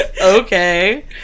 okay